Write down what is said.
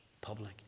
public